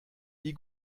die